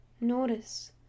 Notice